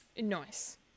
Nice